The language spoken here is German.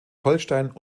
holstein